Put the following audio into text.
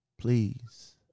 Please